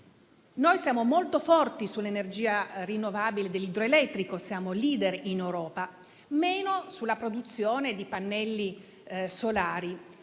noi siamo molto forti sull'energia rinnovabile dell'idroelettrico (siamo *leader* in Europa), ma lo siamo meno sulla produzione di pannelli solari.